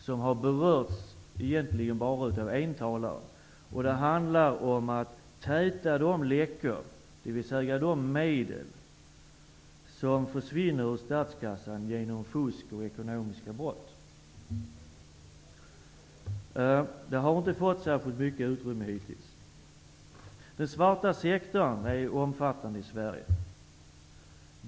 Det har egentligen berörts enbart av en talare. Det handlar om att täta de läckor, dvs. behålla de medel, som försvinner ur statskassan genom fusk och ekonomiska brott. Det har hittills inte fått särskilt mycket utrymme. Den svarta sektorn i Sverige är omfattande.